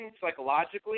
psychologically